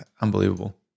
Unbelievable